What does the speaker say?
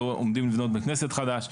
ועומדים לבנות בית כנסת חדש,